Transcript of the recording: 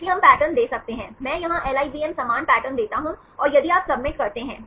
इसलिए हम पैटर्न दे सकते हैं मैं यहां LIVM समान पैटर्न देता हूं और यदि आप सबमिट करते हैं